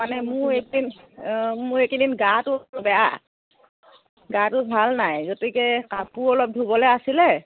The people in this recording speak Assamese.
মানে মোৰ এইদিন মোৰ এইকেইদিন গাটো অ বেয়া গাটো ভাল নাই গতিকে কাপোৰ অলপ ধুবলে আছিলে